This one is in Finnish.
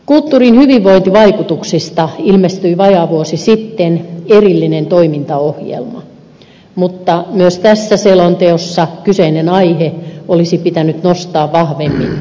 kulttuurin hyvinvointivaikutuksista ilmestyi vajaa vuosi sitten erillinen toimintaohjelma mutta myös tässä selonteossa kyseinen aihe olisi pitänyt nostaa vahvemmin esille